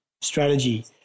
strategy